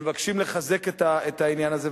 ומבקשים לחזק את העניין הזה,